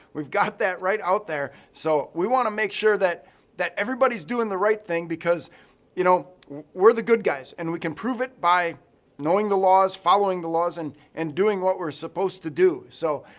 we've got that right out there. so we want to make sure that that everybody's doing the right thing because you know we're the good guys and we can prove it by knowing the laws, following the laws and and doing what we're supposed to do. so,